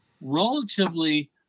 relatively